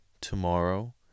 tomorrow